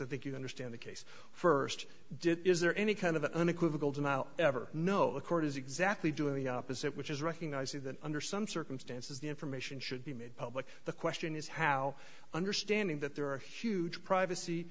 i think you understand the case first did is there any kind of unequivocal to ever know the court is exactly doing the opposite which is recognizing that under some circumstances the information should be made public the question is how understanding that there are huge privacy